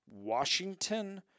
Washington